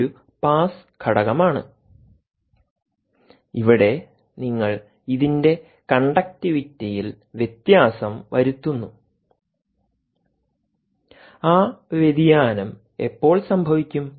ഇതൊരു പാസ് ഘടകമാണ് ഇവിടെ നിങ്ങൾ ഇതിൻറെ കണ്ടക്ടിവിറ്റിയിൽ വ്യത്യാസം വരുത്തുന്നു ആ വ്യതിയാനം എപ്പോൾ സംഭവിക്കും